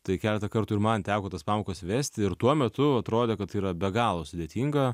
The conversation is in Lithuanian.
tai keletą kartų ir man teko tas pamokas vesti ir tuo metu atrodė kad tai yra be galo sudėtinga